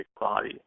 body